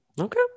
Okay